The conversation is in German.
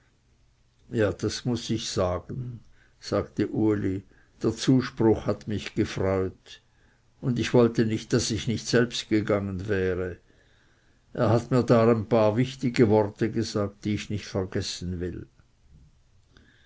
ja das muß ich sagen sagte uli der zuspruch hat mich gefreut und ich wollte nicht daß ich nicht selbst gegangen wäre er hat mir da ein paar wichtige worte gesagt die ich nicht vergessen will